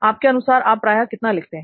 आपके अनुसार आप प्रायः कितना लिखते हैं